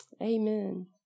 Amen